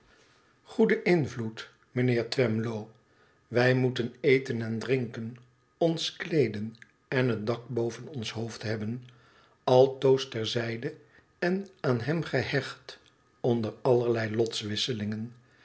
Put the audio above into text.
invloed mijnheer twemlow wij moeten eten en drinken ons kleeden en een dak boven ons hoofd hebben altoos ter zijde en aan hem gehecht onder allerlei